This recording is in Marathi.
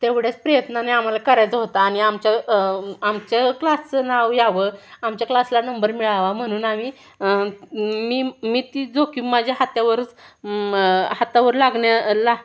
तेवढ्याच प्रयत्नाने आम्हाला करायचा होता आणि आमच्या आमच्या क्लासचं नाव यावं आमच्या क्लासला नंबर मिळावा म्हणून आम्ही मी मी ती जोखीम माझ्या हात्यावरच हातावर लागण्याला